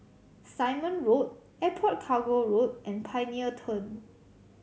Simon Road Airport Cargo Road and Pioneer Turn